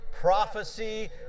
prophecy